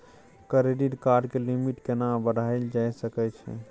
Credit card के limit केना बढायल जा सकै छै?